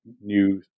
new